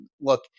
look